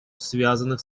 связанных